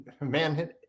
man